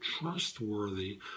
trustworthy